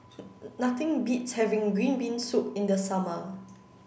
nothing beats having Green Bean Soup in the summer